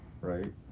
Right